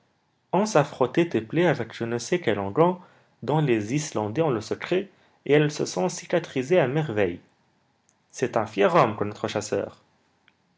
a frotté tes plaies avec je ne sais quel onguent dont les islandais ont le secret et elles se sont cicatrisées à merveille c'est un fier homme que notre chasseur